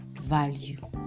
value